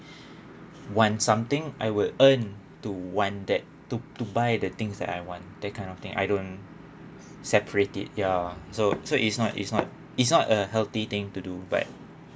want something I will earn to want that to to buy the things that I want that kind of thing I don't separate it ya so so it's not it's not it's not a healthy thing to do but